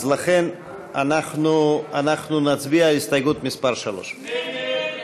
אז לכן אנחנו נצביע על הסתייגות מס' 3,